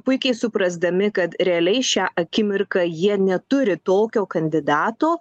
puikiai suprasdami kad realiai šią akimirką jie neturi tokio kandidato